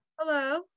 Hello